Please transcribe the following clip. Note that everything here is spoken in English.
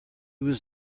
was